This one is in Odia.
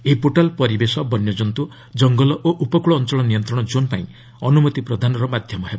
ଏହି ପୋର୍ଟାଲ୍ ପରିବେଶ ବନ୍ୟଜନ୍ତୁ ଜଙ୍ଗଲ ଓ ଉପକୃଳ ଅଞ୍ଚଳ ନିୟନ୍ତ୍ରଣ କୋନ୍ ପାଇଁ ଅନୁମତି ପ୍ରଦାନର ମାଧ୍ୟମ ହେବ